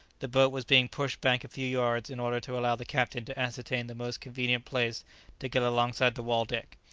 the boat was being pushed back a few yards in order to allow the captain to ascertain the most convenient place to get alongside the waldeck,